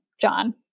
John